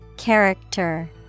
Character